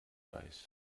weiß